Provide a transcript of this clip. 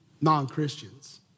non-Christians